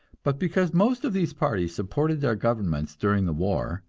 but because most of these parties supported their governments during the war,